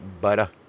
Butter